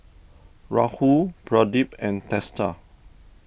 Rahul Pradip and Teesta